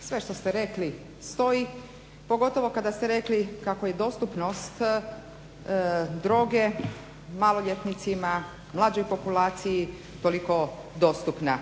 Sve što ste rekli stoji, pogotovo kada ste rekli kako je dostupnost droge maloljetnicima, mlađoj populaciji toliko dostupna.